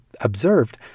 observed